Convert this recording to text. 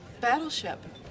Battleship